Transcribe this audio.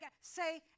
say